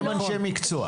הם אנשי מקצוע.